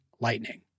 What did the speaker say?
lightning